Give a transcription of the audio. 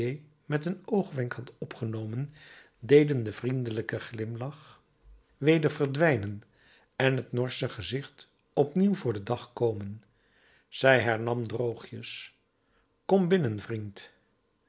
met een oogwenk had opgenomen deden den vriendelijken glimlach weder verdwijnen en het norsche gezicht opnieuw voor den dag komen zij hernam droogjes kom binnen vriend